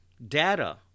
data